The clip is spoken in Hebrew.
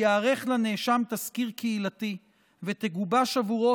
ייערך לנאשם תסקיר קהילתי ותגובש עבורו